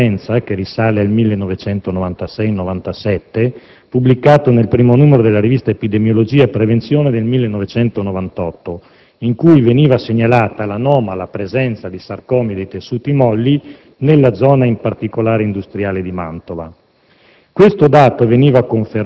Qui avevamo un dato di partenza che risale al 1996-97, pubblicato nel primo numero della rivista «Epidemiologia e prevenzione» del 1998, in cui veniva segnalata l'anomala presenza di sarcomi dei tessuti molli, in particolare nella zona industriale di Mantova.